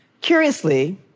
Curiously